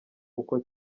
uko